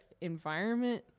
environment